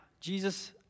Jesus